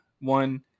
one